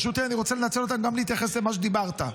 אני רוצה לנצל אותן גם להתייחס למה שדיברת.